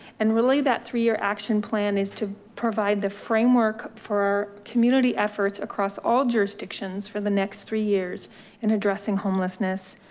and really that through your action plan is to provide the framework for community efforts across all jurisdictions for the next three years in addressing homelessness,